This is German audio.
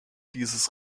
dieses